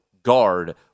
guard